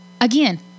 again